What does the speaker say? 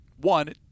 one